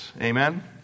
Amen